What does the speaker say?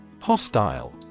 Hostile